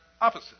opposite